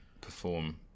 perform